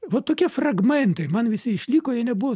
va tokie fragmentai man visi išliko jie nebuvu